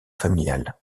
familial